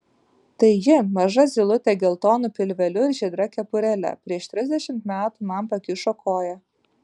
tai ji maža zylutė geltonu pilveliu ir žydra kepurėle prieš trisdešimt metų man pakišo koją